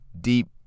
deep